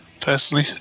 personally